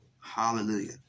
Hallelujah